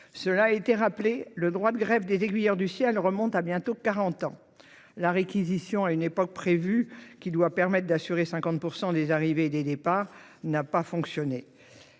Cela a été rappelé, le droit de grève des aiguilleurs du ciel remonte à bientôt quarante ans. La réquisition alors prévue, qui devait permettre d'assurer 50 % des arrivées et des départs, n'a pas fonctionné.